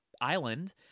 island